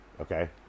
okay